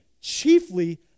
chiefly